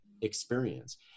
experience